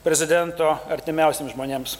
prezidento artimiausiems žmonėms